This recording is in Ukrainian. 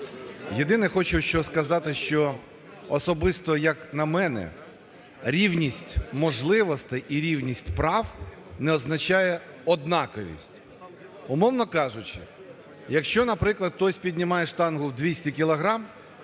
Єдине хочу що сказати, що, особисто як на мене, рівність можливостей і рівність прав не означає однаковість. Умовно кажучи, якщо, наприклад, хтось піднімає штангу в 200 кілограм,